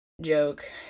joke